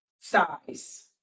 size